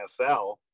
NFL